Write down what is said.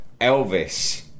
Elvis